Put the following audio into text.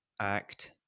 act